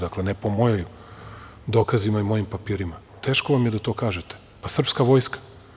Dakle, ne po mojim dokazima i mojim papirima, teško vam je to da kažete - pa srpska vojska.